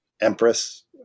empress